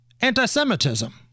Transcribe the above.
anti-Semitism